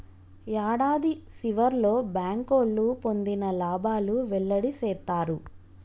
యాడాది సివర్లో బ్యాంకోళ్లు పొందిన లాబాలు వెల్లడి సేత్తారు